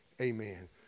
Amen